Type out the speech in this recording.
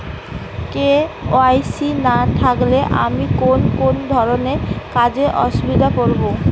KYC না থাকলে আমি কোন কোন ধরনের কাজে অসুবিধায় পড়ব?